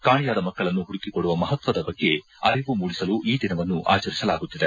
ಕಾಣೆಯಾದ ಮಕ್ಕಳನ್ನು ಪುಡುಕಿಕೊಡುವ ಮಪತ್ವದ ಬಗ್ಗೆ ಅರಿವು ಮೂಡಿಸಲು ಈ ದಿನವನ್ನು ಆಚರಿಸಲಾಗುತ್ತಿದೆ